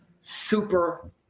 super